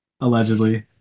allegedly